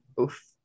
Oof